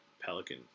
Pelican